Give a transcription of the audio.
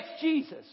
Jesus